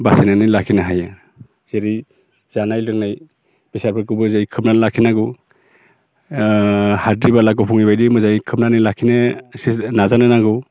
बासायनानै लाखिनो हायो जेरै जानाय लोंनाय बेसादफोरखौबो जों खोबनानै लाखिनांगौ हाद्रि बाला गुफुङै बायदि मोजाङै खोबनानै लाखिनो नाजानो नांगौ